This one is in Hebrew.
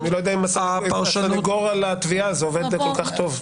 אני לא יודע, סנגור על התביעה, זה עובד כל כך טוב.